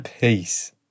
Peace